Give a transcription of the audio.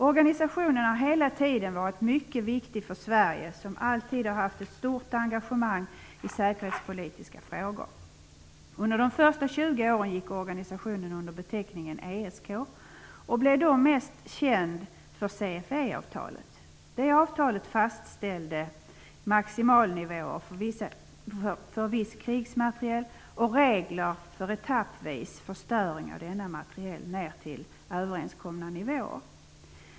Organisationen har hela tiden varit mycket viktig för Sverige som alltid har haft ett stort engagemang i säkerhetspolitiska frågor. Under de första 20 åren gick organisationen under beteckningen ESK och blev då mest känd för CFE-avtalet. Det avtalet fastställde maximinivåer för viss krigsmateriel och regler för etappvis förstöring av denna materiel ned till överenskomna nivåer.